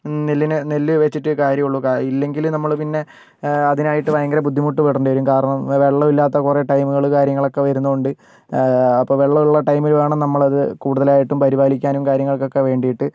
നെല്ലിന് നെല്ല് വെച്ചിട്ട് കാര്യമുള്ളൂ ക ഇല്ലെങ്കില് നമ്മള് പിന്നെ അതിനായിട്ട് ഭയങ്കര ബുദ്ധിമുട്ട് പെടണ്ടി വരും കാരണം വെള്ളവില്ലാത്ത കുറെ ടൈമ്മ്കള് കാര്യങ്ങളൊക്കെ വരുന്നത് കൊണ്ട് അപ്പോൾ വെള്ളം ഉള്ള ടൈമില് വേണം നമ്മളത് കൂടുതലായിട്ടും പരിപാലിക്കാനും കാര്യങ്ങൾക്കൊക്കെ വേണ്ടിയിട്ട്